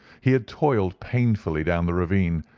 he had toiled painfully down the ravine,